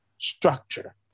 structure